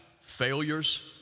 failures